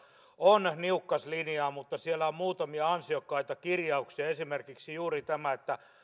on niukkaslinjaa siellä on muutamia ansiokkaita kirjauksia esimerkiksi juuri tämä